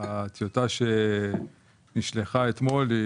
הטיוטה נשלחה אתמול.